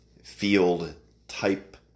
field-type